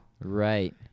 Right